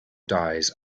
dies